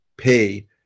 pay